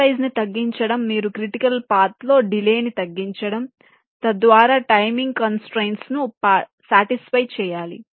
cut size ని తగ్గించడం మీరు క్రిటికల్ పాత్ ల్లో డిలే ని తగ్గించడం తద్వారా టైమింగ్ కంస్ట్రయిన్ట్స్ ను సాటిస్ఫై చేయాలి